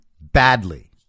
badly